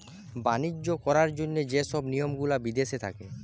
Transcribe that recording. বাণিজ্য করার জন্য যে সব নিয়ম গুলা বিদেশি থাকে